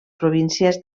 províncies